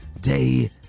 day